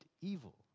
evil